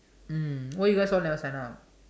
mm why you guys all never sign up